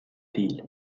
değil